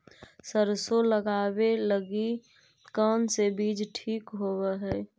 सरसों लगावे लगी कौन से बीज ठीक होव हई?